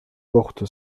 porte